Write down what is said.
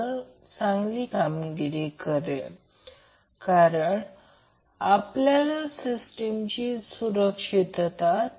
तर त्याचप्रमाणे आपल्याला Vab Van V nb माहित असावे